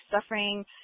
suffering